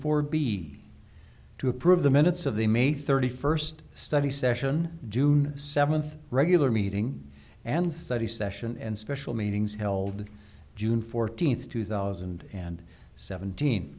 for b to approve the minutes of the may thirty first study session june seventh regular meeting and study session and special meetings held june fourteenth two thousand and seventeen